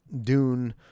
dune